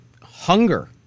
hunger